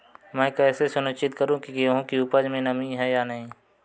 मैं कैसे सुनिश्चित करूँ की गेहूँ की उपज में नमी है या नहीं?